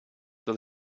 dass